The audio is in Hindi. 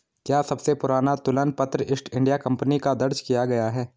क्या सबसे पुराना तुलन पत्र ईस्ट इंडिया कंपनी का दर्ज किया गया है?